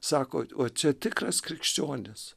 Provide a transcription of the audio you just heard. sako o čia tikras krikščionis